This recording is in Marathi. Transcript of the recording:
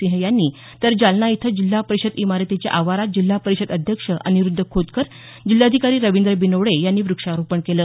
सिंह यांनी तर जालना इथं जिल्हा परिषद इमारतीच्या आवारात जिल्हा परिषद अध्यक्ष अनिरुद्ध खोतकर जिल्हाधिकारी रवींद्र बिनवडे यांनी व्रक्षारोपण केलं